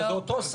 אז זה אותו שר.